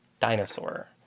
dinosaur